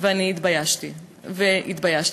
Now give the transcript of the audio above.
ואני התביישתי והתביישתי.